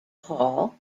hall